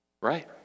Right